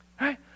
right